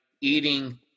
eating